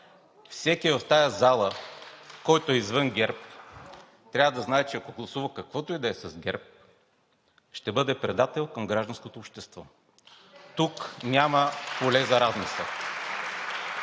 Всеки в тази зала, който е извън ГЕРБ, трябва да знае, че ако гласува каквото и да е с ГЕРБ, ще бъде предател към гражданското общество. (Ръкопляскания